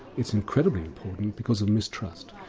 it's incredibly important because of mistrust.